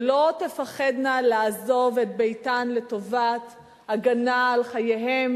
שלא תפחדנה לעזוב את ביתן לטובת הגנה על חייהן